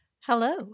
hello